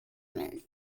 melden